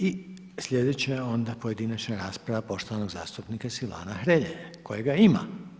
I sljedeća je onda pojedinačna rasprava, poštovanog zastupnika Silvana Hrelje, kojega ima.